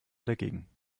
dagegen